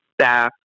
staff